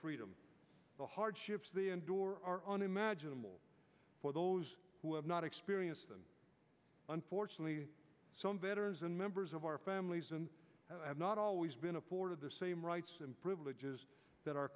freedom the hardships the endure our unimaginable for those who have not experienced them unfortunately some veterans and members of our families and have not always been a port of the same rights and privileges that our